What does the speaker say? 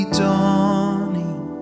dawning